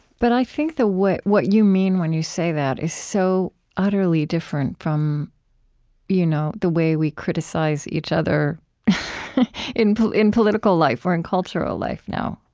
but i think that what what you mean when you say that is so utterly different from you know the way we criticize each other in in political life or in cultural life now.